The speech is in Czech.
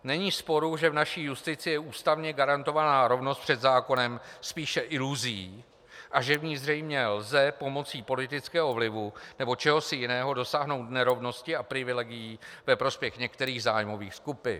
Není sporu, že v naší justici je ústavně garantovaná rovnost před zákonem spíše iluzí a že v ní zřejmě lze pomocí politického vlivu nebo čehosi jiného dosáhnout nerovnosti a privilegií ve prospěch některých zájmových skupin.